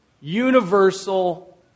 universal